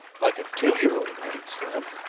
like a two-year-old, added slim.